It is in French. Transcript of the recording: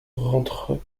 rentrent